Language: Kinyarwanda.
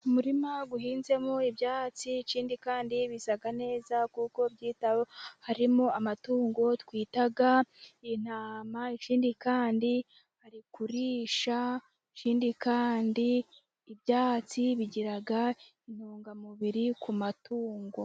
Umurima uhinzemo ibyatsi, ikindi kandi bisa neza kuko byitaweho, harimo amatungo twita intama, ikindi kandi ari kurisha, ikindi kandi ibyatsi bigira intungamubiri, ku matungo.